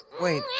wait